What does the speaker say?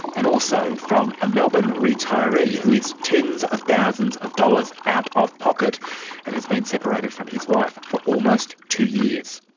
and also from a melbourne retiree who is tens of thousands of dollars out of pocket pocket and has been separated from his wife for almost two years.